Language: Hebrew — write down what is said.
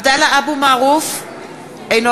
(קוראת בשמות חברי הכנסת) עבדאללה אבו מערוף,